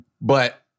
but-